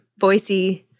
voicey